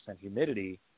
humidity